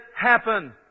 happen